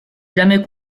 jamais